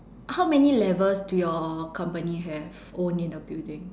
how many levels do your company have own in the building